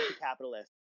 capitalist